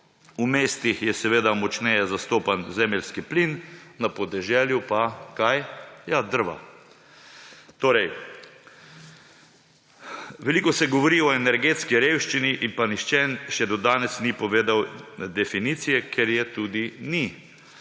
V mestih je seveda močneje zastopan zemeljski plin, na podeželju pa – kaj? Ja, drva! Torej, veliko se govori o energetski revščini, pa nihče še do danes ni povedal definicije, ker je tudi ni.